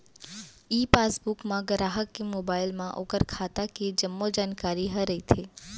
ई passbook म गराहक के मोबाइल म ओकर खाता के जम्मो जानकारी ह रइथे